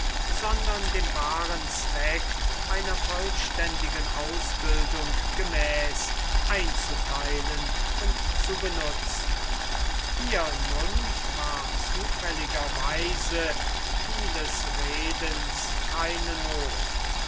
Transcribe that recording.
sondern dem wahren zweck einer vollständigen ausbildung gemäß einzuteilen und zu benutzen hier nun war zufälligerweise vieles redens keine not